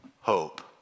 hope